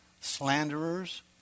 slanderers